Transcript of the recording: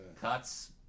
cuts